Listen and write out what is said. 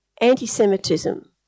anti-Semitism